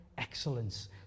Excellence